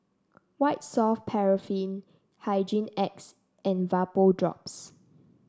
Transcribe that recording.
White Soft Paraffin Hygin X and Vapodrops